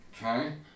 Okay